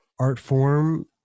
Artform